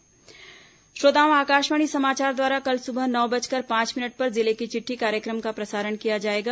जिले की चिट्ठी श्रोताओं आकाशवाणी समाचार द्वारा कल सुबह नौ बजकर पांच मिनट पर जिले की चिट्ठी कार्यक्रम का प्रसारण किया जाएगा